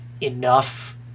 enough